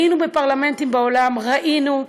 היינו בפרלמנטים בעולם, ראינו: